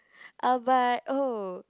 uh but oh